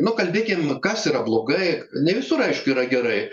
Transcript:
nu kalbėkim kas yra blogai ne visur aišku yra gerai